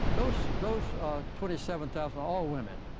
those those twenty seven thousand are all women.